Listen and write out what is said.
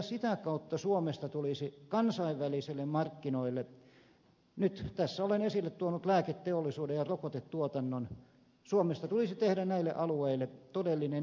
sitä kautta suomesta tulisi tehdä kansainvälisille markkinoille nyt tässä olen esille tuonut lääketeollisuuden ja rokotetuotannon näille alueille todellinen viejä